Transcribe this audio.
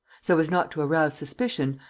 so as not to arouse suspicion,